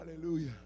Hallelujah